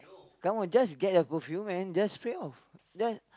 come on just get a perfume and just spray off just